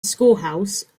schoolhouse